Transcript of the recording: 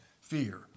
fear